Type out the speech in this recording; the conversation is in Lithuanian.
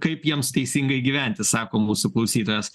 kaip jiems teisingai gyventi sako mūsų klausytojas